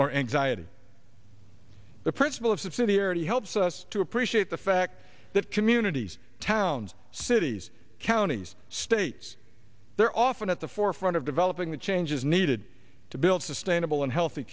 or anxiety the principle of subsidiarity helps us to appreciate the fact that communities towns cities counties states they're often at the forefront of developing the changes needed to build sustainable and healthy